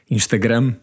Instagram